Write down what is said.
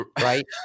right